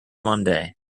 monday